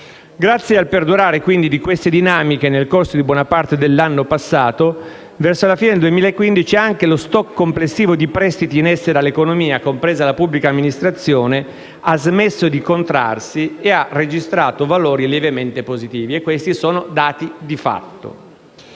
Grazie al perdurare di queste dinamiche nel corso di buona parte dell'anno passato, verso la fine del 2015 anche lo *stock* complessivo di prestiti in essere all'economia (compresa la pubblica amministrazione) ha smesso di contrarsi e ha registrato valori lievemente positivi: questi sono dati di fatto.